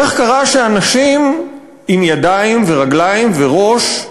איך קרה שאנשים עם ידיים ורגליים וראש,